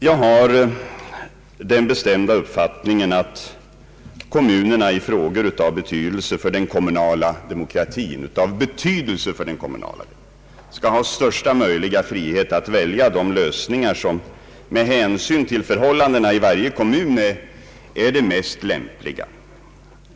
Jag har den bestämda uppfattningen att kommunerna i frågor av betydelse för den kommunala demokratin skall ha största möjliga frihet att välja de lösningar som med hänsyn till förhållandena i varje kommun är de mest lämpliga.